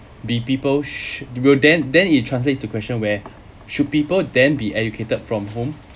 be people sh~ it will then then it translates to question where should people then be educated from home